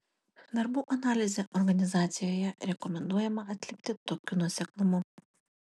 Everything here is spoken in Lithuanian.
darbų analizę organizacijoje rekomenduojama atlikti tokiu nuoseklumu